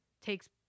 takes